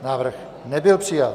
Návrh nebyl přijat.